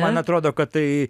man atrodo kad tai